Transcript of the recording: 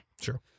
Sure